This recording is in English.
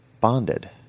bonded